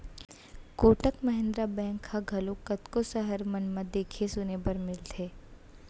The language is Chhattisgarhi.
कोटक महिन्द्रा बेंक ह घलोक कतको सहर मन म देखे सुने बर मिलथे